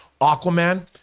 Aquaman